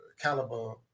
caliber